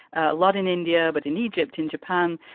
a lot in india, but in egypt, in japan,